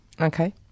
okay